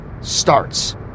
Starts